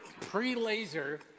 pre-laser